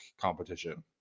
competition